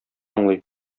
аңлый